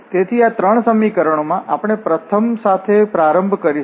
તેથી આ ત્રણ સમીકરણો માં આપણે પ્રથમ સાથે પ્રારંભ કરીશું